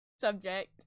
subject